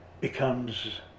becomes